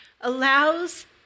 allows